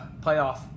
playoff